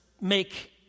make